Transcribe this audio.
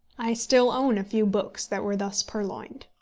i still own a few books that were thus purloined.